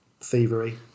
thievery